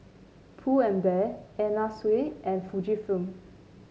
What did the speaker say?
Pull and Bear Anna Sui and Fujifilm